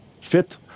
fit